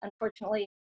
Unfortunately